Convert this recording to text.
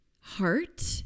heart